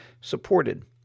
supported